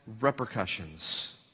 repercussions